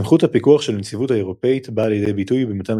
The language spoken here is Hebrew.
סמכות הפיקוח של הנציבות האירופית באה לידי ביטוי במתן